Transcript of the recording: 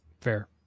Fair